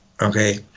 okay